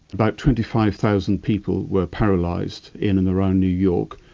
about twenty five thousand people were paralysed in and around new york,